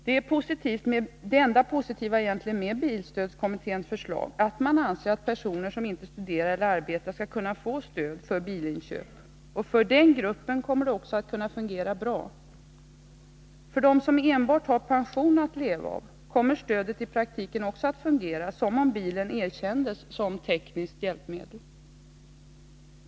Det enda positiva, egentligen, med bilstödskommitténs förslag är att man anser att personer som inte studerar eller arbetar skall kunna få stöd för bilinköp. För den gruppen kommer det också att kunna fungera bra. Och för den som enbart har pension att leva av kommer stödet i praktiken också att fungera som om bilen erkändes som tekniskt hjälpmedel.